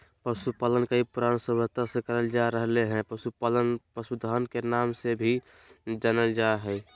पशुपालन कई पुरान सभ्यता से करल जा रहल हई, पशुपालन पशुधन के नाम से भी जानल जा हई